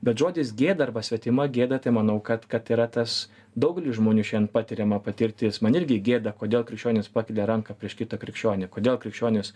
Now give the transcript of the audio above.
bet žodis gėda arba svetima gėda tai manau kad kad yra tas daugeliui žmonių šiandien patiriama patirtis man irgi gėda kodėl krikščionys pakelia ranką prieš kitą krikščionį kodėl krikščionys